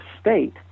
state